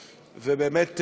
בבקשה.